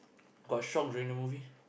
got shock during the movie